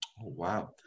Wow